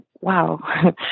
wow